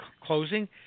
closing